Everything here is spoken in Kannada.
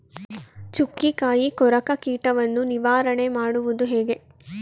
ಚುಕ್ಕಿಕಾಯಿ ಕೊರಕ ಕೀಟವನ್ನು ನಿವಾರಣೆ ಮಾಡುವುದು ಹೇಗೆ?